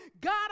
God